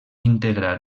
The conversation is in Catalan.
integrar